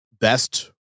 best